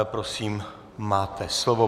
Prosím máte slovo.